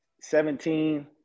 Seventeen